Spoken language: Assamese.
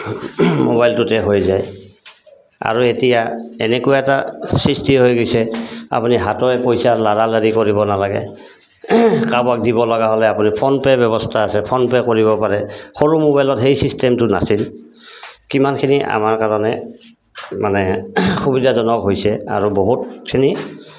মোবাইলটোতে হৈ যায় আৰু এতিয়া এনেকুৱা এটা সৃষ্টি হৈ গৈছে আপুনি হাতেৰে পইচা লোৱা লোৰি কৰিব নালাগে কাৰোবাক দিব লগা হ'লে আপুনি ফোনপে' ব্যৱস্থা আছে ফোনপে' কৰিব পাৰে সৰু মোবাইলত সেই চিষ্টেমটো নাছিল কিমানখিনি আমাৰ কাৰণে মানে সুবিধাজনক হৈছে আৰু বহুতখিনি